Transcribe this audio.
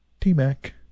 T-Mac